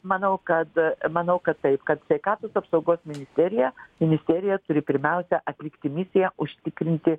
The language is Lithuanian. manau kad manau kad taip kad sveikatos apsaugos ministerija ministerija turi pirmiausia atlikti misiją užtikrinti